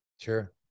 Sure